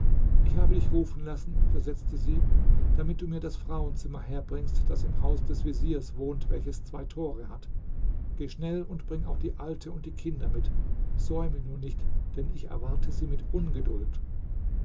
ich habe dich rufen lassen versetzte sie damit du mir das frauenzimmer herbringst das im haus des veziers wohnt welches zwei tore hat geh schnell und bring auch die alte und die kinder mit säume nur nicht denn ich erwarte sie mit ungeduld